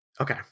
Okay